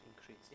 increase